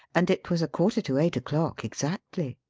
and it was a quarter to eight o'clock exactly.